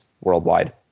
worldwide